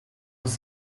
was